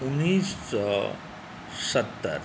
उन्नैस सए सत्तरि